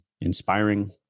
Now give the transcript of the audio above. inspiring